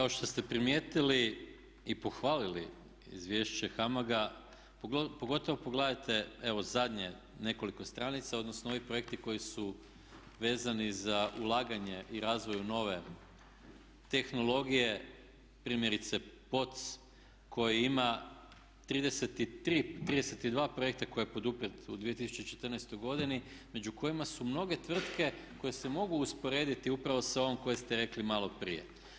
Kao što ste primijetili i pohvalili izvješće HAMAG-a, pogotovo pogledajte evo zadnjih nekoliko stranica, odnosno ovi projekti koji su vezani za ulaganje i razvoj u nove tehnologije primjerice … koji ima 32 projekta koje je poduprijet u 2014.godini među kojima su mnoge tvrtke koje se mogu usporediti upravo sa ovom koju ste rekli maloprije.